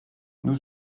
nous